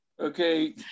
Okay